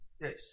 Yes